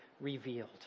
revealed